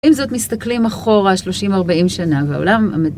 עם זאת מסתכלים אחורה, 30-40 שנה ועולם המדהים